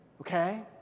okay